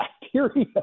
bacteria